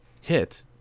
hit